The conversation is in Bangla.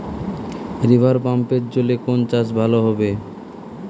রিভারপাম্পের জলে কোন চাষ ভালো হবে?